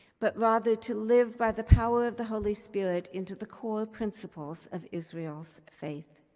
but rather to live by the power of the holy spirit into the core principles of israel's faith.